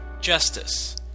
justice